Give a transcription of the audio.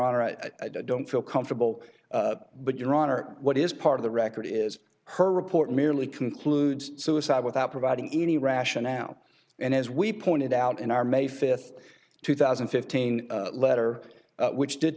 honor i don't feel comfortable but your honor what is part of the record is her report merely concludes suicide without providing any rationale and as we pointed out in our may fifth two thousand and fifteen letter which did